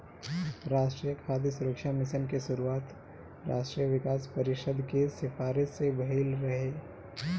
राष्ट्रीय खाद्य सुरक्षा मिशन के शुरुआत राष्ट्रीय विकास परिषद के सिफारिस से भइल रहे